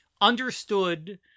understood